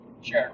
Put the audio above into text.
sure